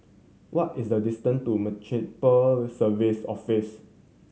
what is the distance to Municipal Services Office